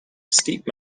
steep